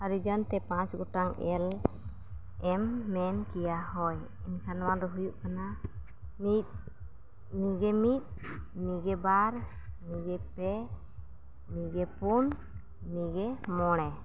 ᱦᱚᱨᱤᱡᱚᱱᱛᱮ ᱯᱟᱸᱪ ᱜᱚᱴᱟᱝ ᱮᱞᱮᱢ ᱢᱮᱱ ᱠᱮᱭᱟ ᱦᱳᱭ ᱮᱱᱠᱷᱟᱱ ᱱᱚᱣᱟ ᱫᱚ ᱦᱩᱭᱩᱜ ᱠᱟᱱᱟ ᱢᱤᱫ ᱜᱮ ᱢᱤᱫ ᱢᱤᱜᱮ ᱵᱟᱨ ᱢᱤᱜᱮ ᱯᱮ ᱢᱤᱜᱮ ᱯᱩᱱ ᱢᱤᱜᱮ ᱢᱚᱬᱮ